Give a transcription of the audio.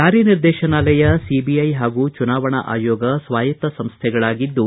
ಜಾರಿ ನಿರ್ದೇಶನಾಲಯ ಸಿಬಿಐ ಹಾಗೂ ಚುನಾವಣಾ ಆಯೋಗ ಸ್ವಾಯತ್ತ ಸಂಸ್ಥೆಗಳಾಗಿದ್ದು